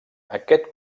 aquest